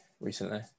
recently